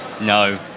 No